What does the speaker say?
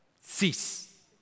Cease